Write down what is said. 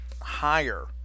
higher